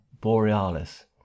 Borealis